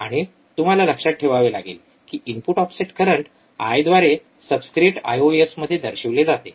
आणि तुम्हाला लक्षात ठेवावे लागेल की इनपुट ऑफसेट करंट आयद्वारे सबस्क्रिप्ट आयओएसमध्ये दर्शविले जाते